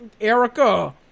Erica